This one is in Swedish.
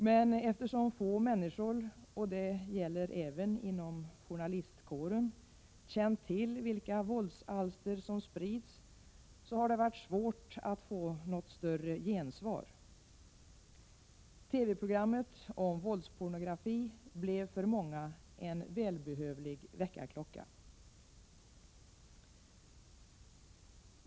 Men eftersom få människor, och det gäller även inom journalistkåren, känt till vilka våldsalster som sprids har det varit svårt att få något större gensvar. TV-programmet om våldspornografi blev för många en välbehövlig väckarklocka.